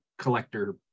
collector